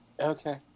Okay